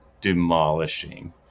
demolishing